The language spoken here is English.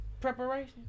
Preparation